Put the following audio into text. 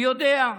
אני יודע.